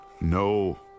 No